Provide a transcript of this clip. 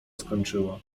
skończyła